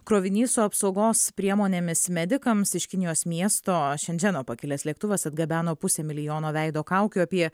krovinys su apsaugos priemonėmis medikams iš kinijos miesto šendženo pakilęs lėktuvas atgabeno pusę milijono veido kaukių apie